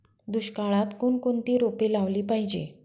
दुष्काळात कोणकोणती रोपे लावली पाहिजे?